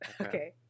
Okay